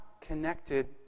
connected